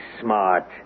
smart